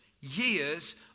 years